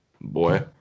Boy